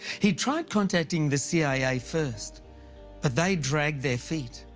he tried contacting the cia first. but they dragged their feet.